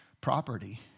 property